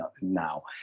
now